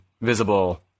visible